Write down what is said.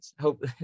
hope